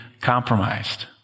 compromised